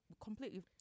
completely